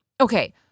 okay